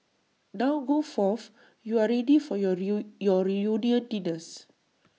now go forth you are ready for your your reunion dinners